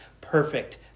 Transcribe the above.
perfect